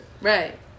Right